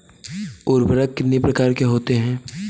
उर्वरक कितनी प्रकार के होते हैं?